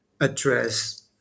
address